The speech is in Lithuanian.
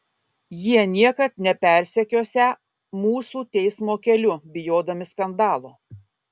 jie niekad nepersekiosią mūsų teismo keliu bijodami skandalo